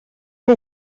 que